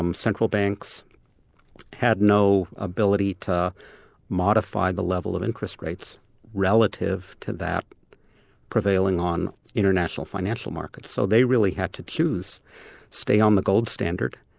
um central banks had no ability to modify the level of interest rates relative to that prevailing on international financial markets, so they really had to choose stay on the gold standard,